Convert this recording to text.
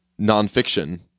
nonfiction